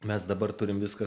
mes dabar turim viską